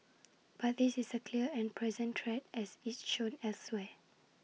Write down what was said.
but this is A clear and present threat as it's shown elsewhere